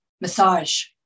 massage